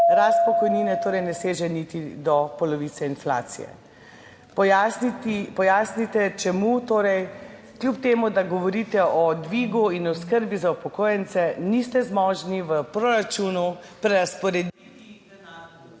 Rast pokojnine torej ne seže niti do polovice inflacije. Pojasnite, čemu torej, kljub temu, da govorite o dvigu in o oskrbi za upokojence, niste zmožni v proračunu prerazporediti ...